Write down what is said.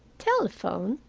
telephone?